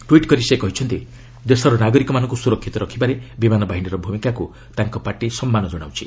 tweet କରି ସେ କହିଛନ୍ତି ଦେଶର ନାଗରିକମାନଙ୍କୁ ସୁରକ୍ଷିତ ରଖିବାରେ ବିମାନ ବାହିନୀର ଭୂମିକାକୁ ତାଙ୍କ ପାର୍ଟି ସମ୍ମାନ ଜଣାଉଛି